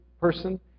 person